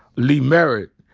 lee merritt,